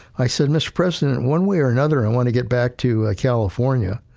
i said, mr. president, one way or another, i want to get back to california,